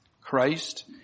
Christ